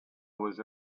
was